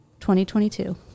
2022